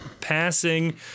passing